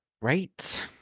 Right